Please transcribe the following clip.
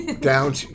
Down